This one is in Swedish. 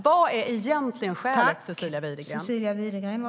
Vad är egentligen skälet, Cecilia Widegren?